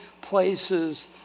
places